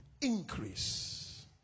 increase